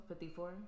54